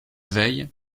veille